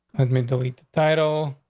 let me delete title.